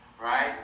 right